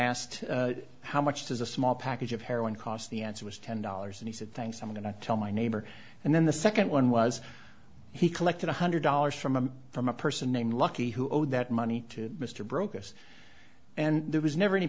asked how much does a small package of heroin cost the answer was ten dollars and he said thanks i'm going to tell my neighbor and then the second one was he collected one hundred dollars from him from a person named lucky who owed that money to mr brokers and there was never any